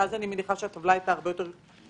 שאז אני מניחה שהטבלה הייתה הרבה יותר גדולה,